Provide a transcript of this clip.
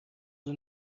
اون